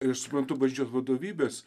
ir aš suprantu bažnyčios vadovybės